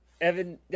Evan